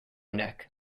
neck